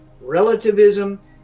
relativism